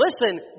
Listen